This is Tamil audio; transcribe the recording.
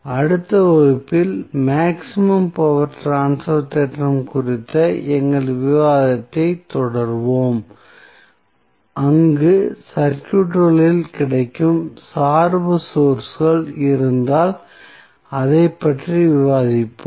அடுத்த வகுப்பிலும் மேக்ஸிமம் பவர் ட்ரான்ஸ்பர் தேற்றம் குறித்த எங்கள் விவாதத்தைத் தொடருவோம் அங்கு சர்க்யூட்களில் கிடைக்கும் சார்பு சோர்ஸ்கள் இருந்தால் அதைப் பற்றி விவாதிப்போம்